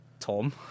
Tom